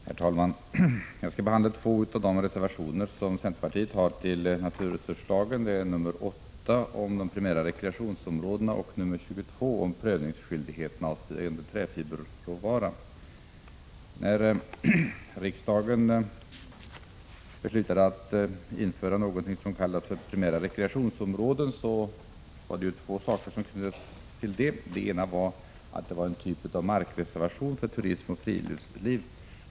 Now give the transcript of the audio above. Herr talman! Jag skall behandla två av de reservationer som centerpartiet har fogat till förslaget om naturresurslag. Det är nr 8 om de primära rekreationsområdena och nr 22 om prövningsskyldigheten avseende träfiberråvara. När riksdagen beslutade att införa någonting som kallades för primära rekreationsområden var det två saker som knöts till detta. Den ena var att detta gällde en typ av markreservation för turism och friluftsliv.